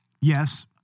Yes